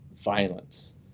Violence